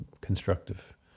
constructive